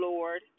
Lord